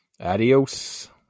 Adios